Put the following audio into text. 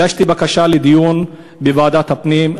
הגשתי בקשה לדיון בוועדת הפנים,